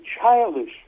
childish